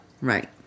Right